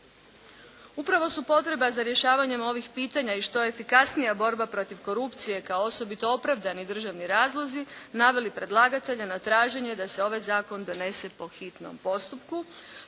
Upravo su potreba za rješavanjem ovih pitanja i što efikasnija borba protiv korupcije kao osobito opravdani državni razlozi naveli predlagatelja na traženje da se ovaj zakon donese po hitnom postupku.